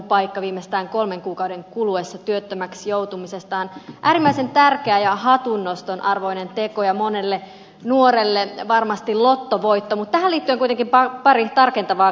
paikka viimeistään kolmen kuukauden kuluessa työttömäksi joutumisesta on äärimmäisen tärkeä ja hatunnoston arvoinen teko ja monelle nuorelle varmasti lottovoitto mutta tähän liittyen kuitenkin pari tarkentavaa kysymystä